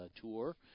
Tour